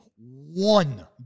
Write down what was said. one